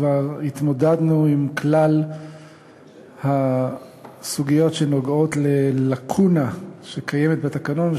כבר התמודדנו עם כלל הסוגיות שנוגעות בלקונה שקיימת בתקנון,